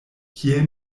kiel